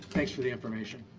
thanks for the information.